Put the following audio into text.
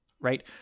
right